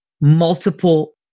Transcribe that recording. multiple